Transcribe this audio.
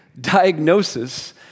diagnosis